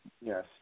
yes